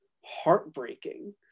heartbreaking